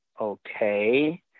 Okay